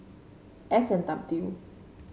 S and W